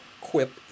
quip